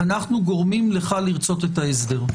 אנחנו גורמים לך לרצות את ההסדר.